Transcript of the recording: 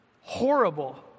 horrible